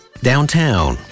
Downtown